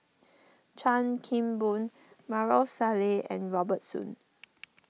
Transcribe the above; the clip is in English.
Chan Kim Boon Maarof Salleh and Robert Soon